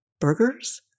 Burgers